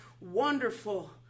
Wonderful